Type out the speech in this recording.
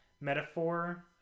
metaphor